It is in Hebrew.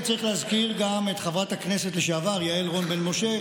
שיציג חבר הכנסת אלון שוסטר בשם יושב-ראש ועדת הכלכלה.